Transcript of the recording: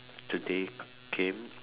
the day came